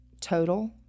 total